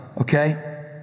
okay